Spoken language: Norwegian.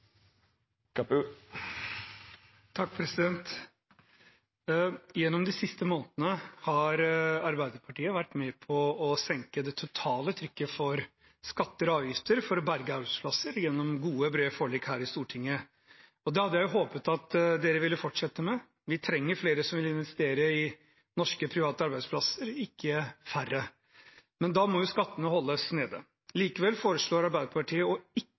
vert replikkordskifte. Gjennom de siste månedene har Arbeiderpartiet vært med på å senke det totale trykket for skatter og avgifter for å berge arbeidsplasser gjennom gode brede forlik her i Stortinget. Det hadde jeg håpet at man ville fortsette med, vi trenger flere som vil investere i norske private arbeidsplasser, ikke færre. Men da må skattene holdes nede. Likevel foreslår Arbeiderpartiet å ikke